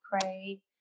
pray